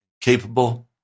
capable